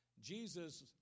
Jesus